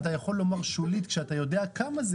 אתה יכול לומר שולית כשאתה יודע כמה זה.